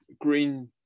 Green